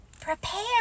prepare